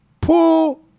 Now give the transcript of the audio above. Pull